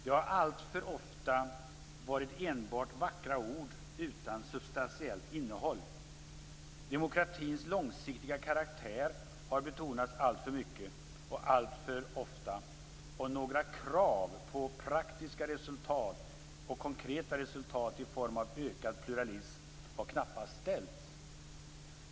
Det har alltför ofta varit enbart vackra ord utan substantiellt innehåll. Demokratins långsiktiga karaktär har betonats alltför mycket och alltför ofta, och några krav på praktiska och konkreta resultat i form av ökad pluralism har knappast ställts.